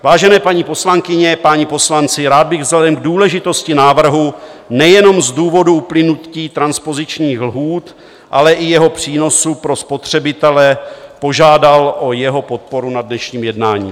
Vážené paní poslankyně, páni poslanci, rád bych vzhledem k důležitosti návrhu nejenom z důvodu uplynutí transpozičních lhůt, ale i jeho přínosu pro spotřebitele požádal o jeho podporu na dnešním jednání.